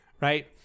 Right